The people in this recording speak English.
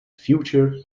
future